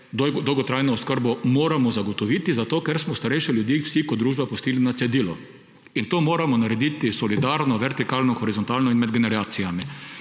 dolgotrajno oskrbo moramo zagotoviti, zato ker smo starejše ljudi vsi, kot družba, pustili na cedilu. In to moramo narediti solidarno, vertikalno, horizontalno in med generacijami.